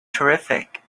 terrific